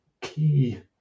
key